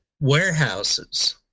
warehouses